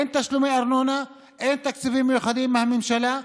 אין תשלומי ארנונה, אין תקציבים מיוחדים מהממשלה.